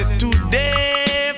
today